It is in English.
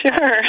Sure